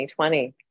2020